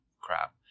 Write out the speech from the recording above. crap